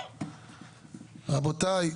רבותיי,